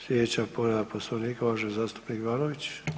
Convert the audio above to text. Slijedeća povreda Poslovnika uvaženi zastupnik Ivanović.